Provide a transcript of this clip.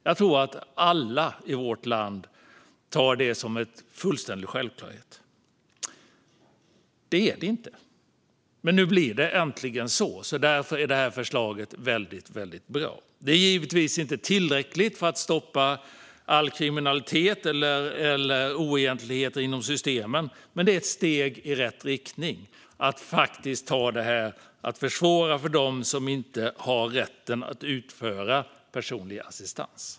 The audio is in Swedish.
Jag tror att alla i vårt land tar det som en fullständig självklarhet, men så är det inte. Nu blir det dock äntligen så, och därför är det här förslaget väldigt bra. Det är givetvis inte tillräckligt för att stoppa all kriminalitet eller alla oegentligheter inom systemen, men det är ett steg i rätt riktning när det gäller att faktiskt försvåra för dem som inte har rätten att utföra personlig assistans.